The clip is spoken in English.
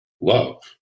love